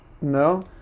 No